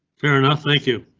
fair enough, thank you.